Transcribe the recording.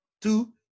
two